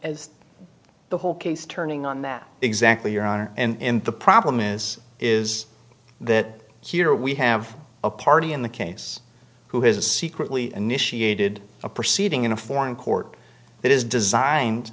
as the whole case turning on that exactly your honor and the problem is is that here we have a party in the case who has secretly initiated a proceeding in a foreign court that is designed